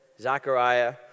zachariah